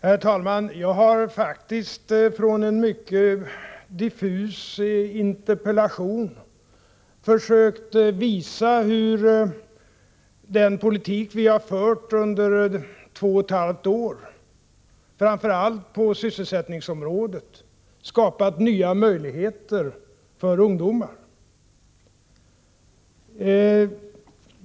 Herr talman! Jag har faktiskt utifrån en mycket diffus interpellation försökt visa hur den politik som vi under två och ett halvt år har fört framför allt på sysselsättningsområdet har skapat nya möjligheter för ungdomar.